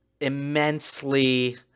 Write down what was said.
immensely